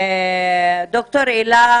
אבקש לשמוע את דוקטור אלה